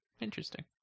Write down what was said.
Interesting